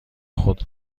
خود